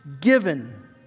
given